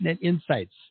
insights